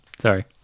sorry